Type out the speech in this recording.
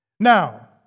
Now